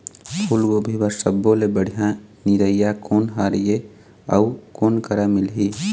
फूलगोभी बर सब्बो ले बढ़िया निरैया कोन हर ये अउ कोन करा मिलही?